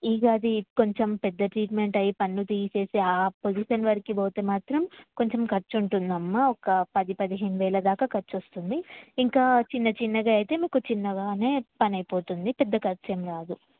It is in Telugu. ఇది అది కొంచెం పెద్ద ట్రీట్మెంట్ అయ్యి పన్ను తీసేసి ఆ పొజిషన్ వరకు ఇది అవుతే మాత్రం కొంచెం ఖర్చుంటుందమ్మా ఒక పది పదిహేను వేల దాకా ఖర్చొస్తుంది ఇంకా చిన్న చిన్నగా అయితే మీకు చిన్నగానే పని అయిపోతుంది పెద్ద ఖర్చెం రాదు